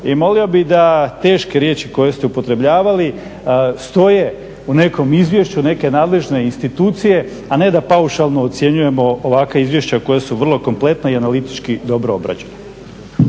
i molio bih da teške riječi koje ste upotrebljavali stoje u nekom izvješću neke nadležne institucije a ne da paušalno ocjenjujemo ovakva izvješća koja su vrlo kompletna i analitički dobro obrađena.